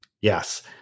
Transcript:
Yes